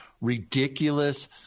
ridiculous